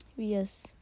Yes